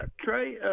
Trey